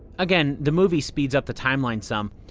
again, the movie speeds up the timeline some.